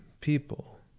people